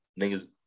Niggas